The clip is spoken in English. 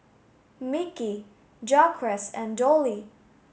Mickie Jaquez and Dollie